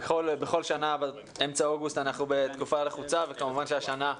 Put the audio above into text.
בכל שנה באמצע אוגוסט אנחנו בתקופה לחוצה וכמובן שהשנה,